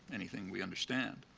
anything we understand.